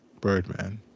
Birdman